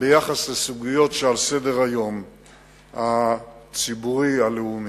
בסוגיות שעל סדר-היום הציבורי הלאומי.